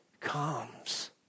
comes